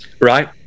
Right